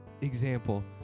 example